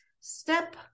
Step